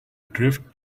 drift